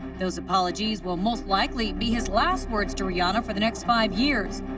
those apologies will most likely be his last words to rihanna for the next five years,